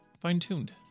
fine-tuned